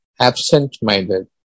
absent-minded